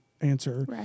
answer